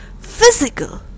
physical